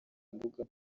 mbuga